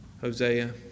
Hosea